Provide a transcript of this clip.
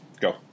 go